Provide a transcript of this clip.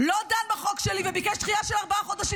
לא דן בחוק שלי, וביקש דחייה של ארבעה חודשים.